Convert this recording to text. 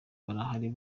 kurahira